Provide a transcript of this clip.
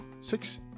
six